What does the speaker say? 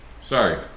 Sorry